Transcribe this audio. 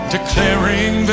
Declaring